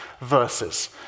verses